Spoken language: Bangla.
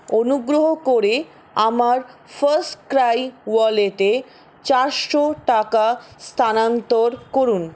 অনুগ্রহ করে আমার ফার্স্টক্রাই ওয়ালেটে চারশো টাকা স্থানান্তর করুন